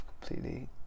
completely